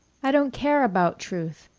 i don't care about truth.